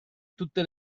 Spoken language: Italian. tutte